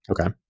Okay